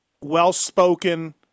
well-spoken